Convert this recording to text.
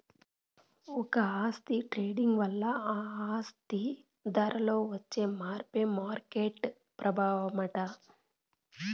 ఒక ఆస్తి ట్రేడింగ్ వల్ల ఆ ఆస్తి ధరలో వచ్చే మార్పే మార్కెట్ ప్రభావమట